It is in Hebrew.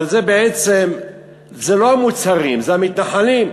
אבל זה בעצם לא המוצרים, זה המתנחלים.